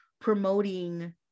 promoting